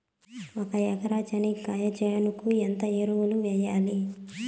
ఒక ఎకరా చెనక్కాయ చేనుకు ఎంత ఎరువులు వెయ్యాలి?